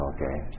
Okay